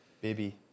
Baby